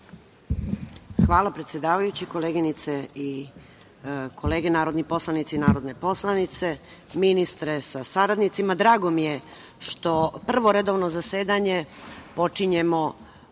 Hvala, predsedavajući. Koleginice i kolege narodni poslanici i narodne poslanice, ministre sa saradnicima, drago mi je što prvo redovno zasedanje počinjemo